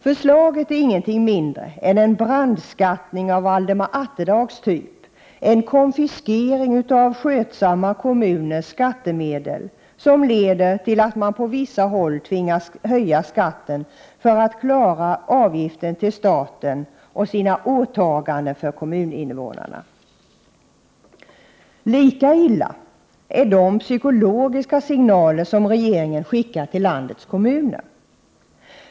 Förslaget är ingenting 161 skötsamma kommuners skattemedel, som leder till att man på vissa håll tvingas höja skatten för att klara avgiften till staten och sina åtaganden till kommuninvånarna. Lika illa är kanske ändå de psykologiska signaler som regeringen skickar till landets kommuner.